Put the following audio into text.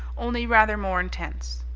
only rather more intense.